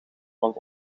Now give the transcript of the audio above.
want